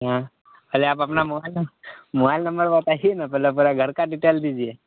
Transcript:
हाॅं पहले आप अपना मोबाईल नम मोबाइल नंबर बताइए ना पहले पूरे घर का डिटेल दीजिए